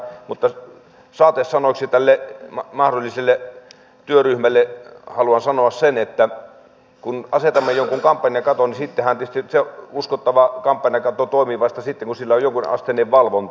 mutta saatesanoiksi tälle mahdolliselle työryhmälle haluan sanoa sen että kun asetamme jonkun kampanjakaton niin se uskottava kampanjakatto toimii tietysti vasta sitten kun sillä on jonkunasteinen valvonta